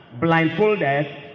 blindfolded